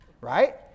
Right